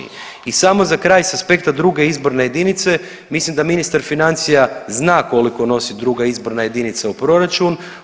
I samo za kraj s aspekta druge izborne jedinice mislim da ministar financija zna koliko nosi druga izborna jedinica u proračun.